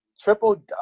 Triple